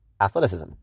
athleticism